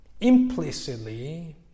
implicitly